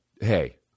hey